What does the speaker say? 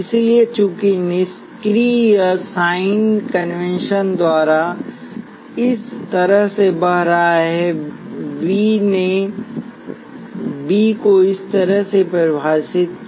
इसलिए चूंकि निष्क्रिय साइन कन्वेंशन द्वारा धारा इस तरह से बह रहा है वी ने विभवांतर वी को इस तरह से परिभाषित किया